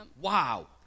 wow